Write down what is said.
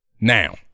Now